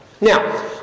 now